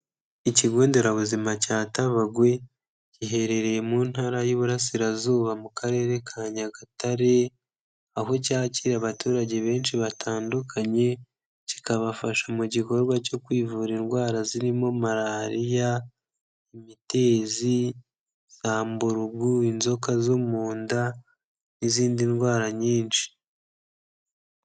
Ikigo nderabuzima cya Tabagwe giherereye mu Ntara y'Iburarasirazuba mu karere ka Nyagatare, aho cyakira abaturage benshi batandukanye kikabafasha mu gikorwa cyo kwivura indwara zirimo malariya, imitezi, za mburugu, inzoka zo mu nda n'izindi ndwara nyinshi.